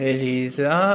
Elisa